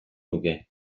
nuke